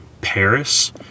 Paris